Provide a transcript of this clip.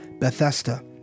Bethesda